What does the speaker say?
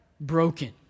broken